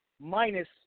minus